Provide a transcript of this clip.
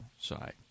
side